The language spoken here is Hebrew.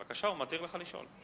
בבקשה, הוא מתיר לך לשאול.